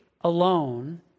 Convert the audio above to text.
alone